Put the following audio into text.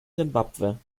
simbabwe